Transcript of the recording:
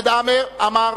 חמד עמאר,